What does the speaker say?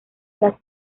las